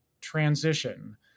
transition